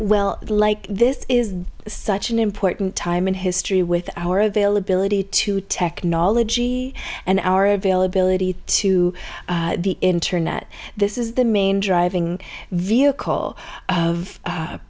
well like this is such an important time in history with our availability to technology and our availability to the internet this is the main driving vehicle of